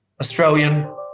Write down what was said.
Australian